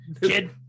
kid